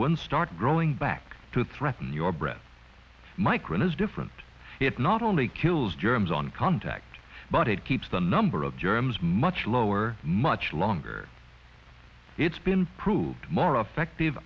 one start growing back to threaten your breath micra is different it not only kills germs on contact but it keeps the number of germs much lower much longer it's been proved more effective